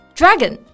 dragon